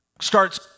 starts